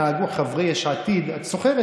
אמרתי לאלחרומי: הוא גם יסדר לך את ה-65 דונם שפלשתם,